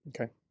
okay